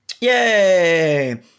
Yay